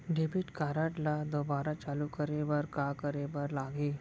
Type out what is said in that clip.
Debit card ला दोबारा चालू करे बर का करे बर लागही?